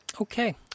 Okay